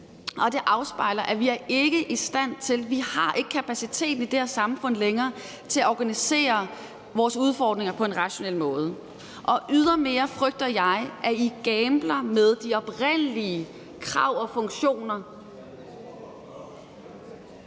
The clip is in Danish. stand til – vi har ikke længere kapaciteten til det i det her samfund – at organisere vores udfordringer på en rationel måde. Ydermere frygter jeg, at I gambler med de oprindelige krav og funktioner.